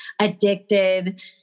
addicted